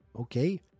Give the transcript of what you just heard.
Okay